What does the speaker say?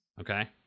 okay